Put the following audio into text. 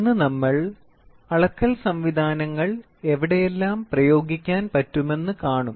ഇന്ന് നമ്മൾ അളക്കൽ സംവിധാനങ്ങൾ എവിടെയെല്ലാം പ്രയോഗിക്കാൻ പറ്റുമെന്ന് കാണും